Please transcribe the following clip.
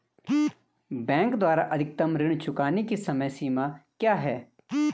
Bank द्वारा अधिकतम ऋण चुकाने की समय सीमा क्या है?